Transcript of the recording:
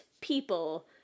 people